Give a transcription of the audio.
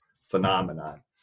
phenomenon